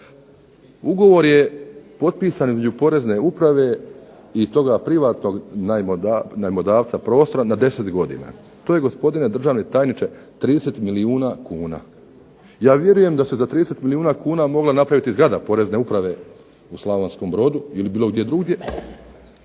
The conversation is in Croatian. Ugovor je potpisan između Porezne uprave i tog privatnog najmodavca na 10 godina. To je gospodine državni tajniče 30 milijuna kuna. Ja vjerujem da se za 30 milijuna kuna mogla napraviti zgrada Porezne uprave u Slavonskom Brodu ili bilo gdje drugdje,